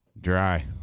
dry